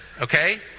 okay